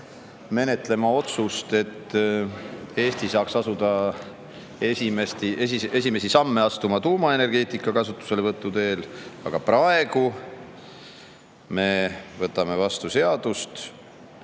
menetlema otsust, et Eesti saaks asuda esimesi samme astuma tuumaenergeetika kasutuselevõtu teel. Aga praegu me võtame vastu seadust,